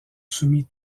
soumis